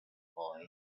boy